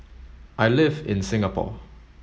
I live in Singapore